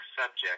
subject